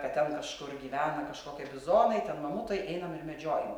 kad ten kažkur gyvena kažkokie bizonai ten mamutai einam ir medžiojam